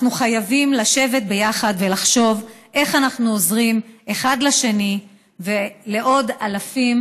אנחנו חייבים לשבת יחד ולחשוב איך אנחנו עוזרים אחד לשני ולעוד אלפים,